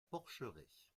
porcheraie